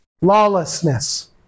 lawlessness